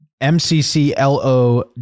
M-C-C-L-O-